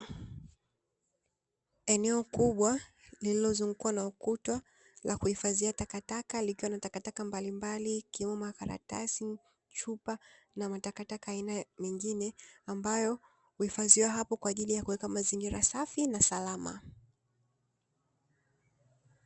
Eneo kubwa lililozungukwa na ukuta, la kuhifadhia taka likiwa na taka taka mbali mbali ikiwemo makaratasi, chupa na matakataka aina nyingine ambayo huhifadhiwa hapo kwa ajili ya kuweka mazingira safi na salama.